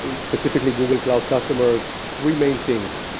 um specifically google cloud customers, three main things.